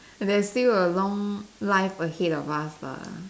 and there's still a long life ahead of us lah